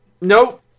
Nope